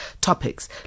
topics